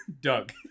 Doug